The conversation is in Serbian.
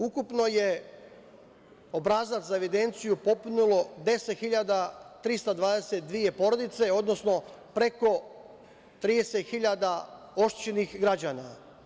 Ukupno je obrazac za evidenciju popunilo 10.322 porodice, odnosno preko 30.000 oštećenih građana.